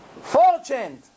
fortune